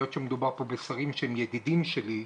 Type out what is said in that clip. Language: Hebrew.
היות שמדובר פה בשרים שהם ידידים שלי,